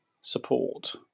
support